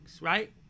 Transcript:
right